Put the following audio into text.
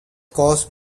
caused